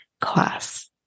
class